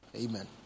amen